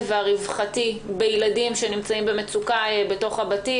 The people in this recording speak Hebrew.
והרווחתי בילדים שנמצאים במצוקה בתוך הבתים,